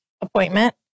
appointment